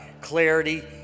clarity